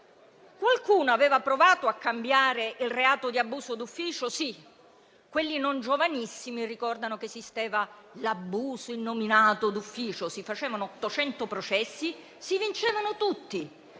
Qualcuno aveva provato a cambiare il reato di abuso d'ufficio? Sì. Quelli non giovanissimi ricordano che esisteva l'abuso innominato d'ufficio; si facevano 800 processi e si vincevano tutti.